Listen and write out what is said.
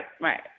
right